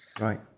Right